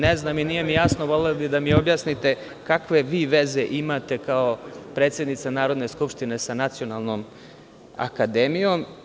Ne znam i nije mi jasno, voleo bih da mi objasnite, kakve vi veze imate, kao predsednica Narodne skupštine, sa nacionalnom akademijom.